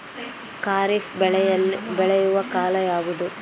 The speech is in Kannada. ಖಾರಿಫ್ ಬೆಳೆ ಬೆಳೆಯುವ ಕಾಲ ಯಾವುದು?